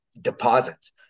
deposits